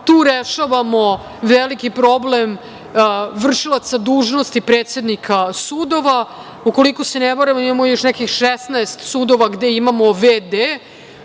Tu rešavamo veliki problem vršilaca dužnosti predsednika sudova. Ukoliko se ne varam, imamo još nekih 16 sudova gde imamo